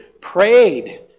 prayed